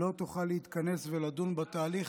לא תוכל להתכנס ולדון בתהליך,